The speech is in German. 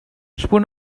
spul